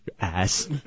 Ass